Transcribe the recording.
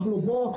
אנחנו פה,